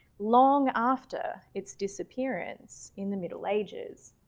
long after its disappearance in the middle ages.